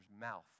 mouth